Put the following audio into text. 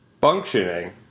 Functioning